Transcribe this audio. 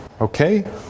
Okay